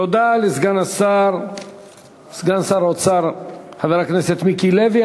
תודה לסגן שר האוצר, חבר הכנסת מיקי לוי.